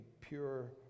pure